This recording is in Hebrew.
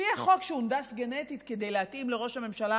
הוא יהיה חוק שהונדס גנטית כדי להתאים לראש הממשלה,